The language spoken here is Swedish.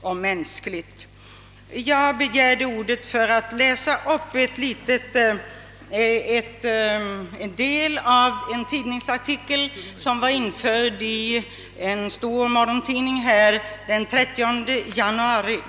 och mänskligt. Jag begärde ordet bl.a. för att läsa upp en del av en tidningsartikel som var införd i en stor morgontidning den 30 januari.